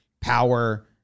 power